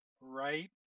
right